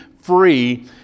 free